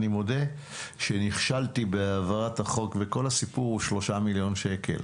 אני מודה שנכשלתי בהעברת החוק וכל הסיפור הוא 3,000,000 שקל